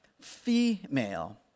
female